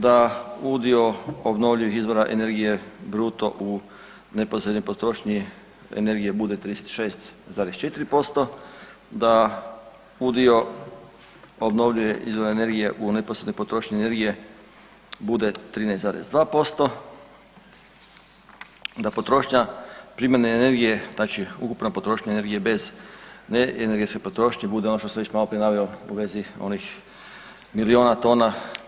Da udio obnovljivih izvora energije bruto u neposrednoj potrošnji energije bude 36,4%, da udio obnovljivih izvora energije u neposrednoj potrošnji energije bude 13,2%, da potrošnja primjene energije znači ukupna potrošnja energije bez energetske potrošnje bude ono što sam već maloprije naveo u vezi onih miliona tona.